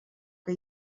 que